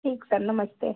ठीक सर नमस्ते